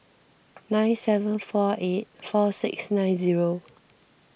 nine seven four eight four six nine zero